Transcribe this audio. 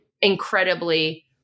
incredibly